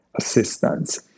assistance